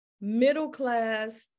middle-class